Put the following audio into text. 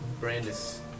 Brandis